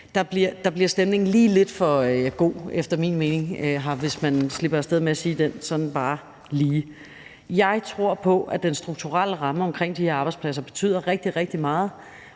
her efter min mening lige lidt for god, hvis man bare slipper af sted med at sige det. Jeg tror på, at den strukturelle ramme omkring de her arbejdspladser betyder rigtig, rigtig